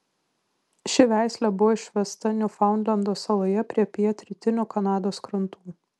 ši veislė buvo išvesta niufaundlendo saloje prie pietrytinių kanados krantų